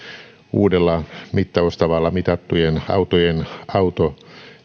uudella mittaustavalla mitattujen autojen auto